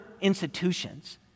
institutions